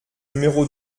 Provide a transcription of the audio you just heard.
numéro